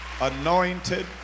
anointed